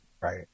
right